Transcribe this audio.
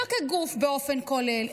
לא כגוף באופן כולל,